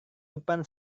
depan